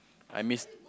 I miss